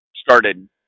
started